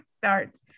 starts